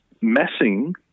messing